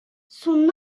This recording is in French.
son